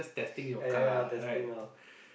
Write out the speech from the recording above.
ya ya ya testing now